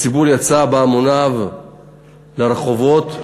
הציבור יצא בהמוניו לרחובות,